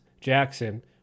Jackson